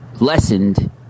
lessened